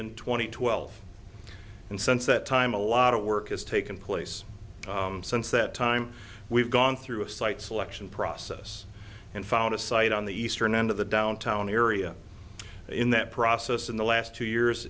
and twelve and since that time a lot of work has taken place since that time we've gone through a site selection process and found a site on the eastern end of the downtown area in that process in the last two years